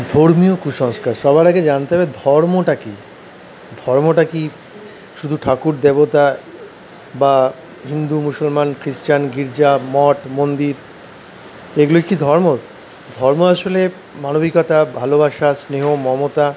ধর্মীয় কুসংস্কার সবার আগে জানতে হবে ধর্মটা কি ধর্মটা কি শুধু ঠাকুর দেবতা বা হিন্দু মুসলমান খ্রিষ্টান গির্জা মঠ মন্দির এগুলোই কি ধর্ম ধর্ম আসলে মানবিকতা ভালোবাসা স্নেহ মমতা